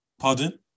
Pardon